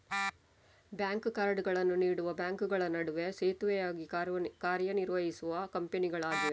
bank ಕಾರ್ಡುಗಳನ್ನು ನೀಡುವ ಬ್ಯಾಂಕುಗಳ ನಡುವೆ ಸೇತುವೆಯಾಗಿ ಕಾರ್ಯ ನಿರ್ವಹಿಸುವ ಕಂಪನಿಗಳಾಗಿವೆ